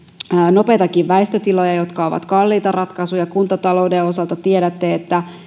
nopeitakin väistötiloja jotka ovat kalliita ratkaisuja kuntatalouden osalta tiedätte että